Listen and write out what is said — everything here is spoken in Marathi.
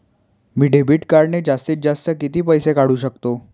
मी डेबिट कार्डने जास्तीत जास्त किती पैसे काढू शकतो?